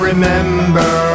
remember